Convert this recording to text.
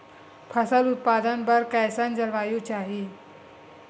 फसल उत्पादन बर कैसन जलवायु चाही?